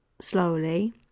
slowly